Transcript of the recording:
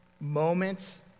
moments